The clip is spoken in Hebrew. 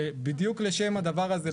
ובדיוק לשם העניין הזה,